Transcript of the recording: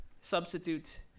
substitute